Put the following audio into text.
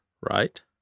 right